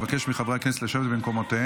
אבקש מחברי הכנסת לשבת במקומותיהם.